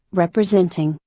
representing,